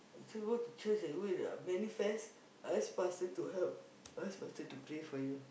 to go church and go and the manifest ask pastor to help ask pastor to pray for you